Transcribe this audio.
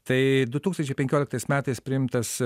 tai du tūkstančiai penkioliktais metais priimtas